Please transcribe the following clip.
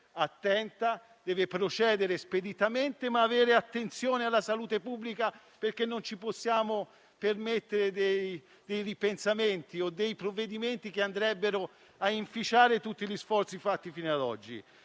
attenta, deve procedere speditamente, ma avere attenzione alla salute pubblica, perché non ci possiamo permettere dei ripensamenti o dei provvedimenti che andrebbero a inficiare tutti gli sforzi fatti fino ad oggi.